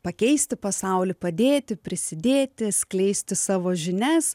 pakeisti pasaulį padėti prisidėti skleisti savo žinias